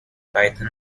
python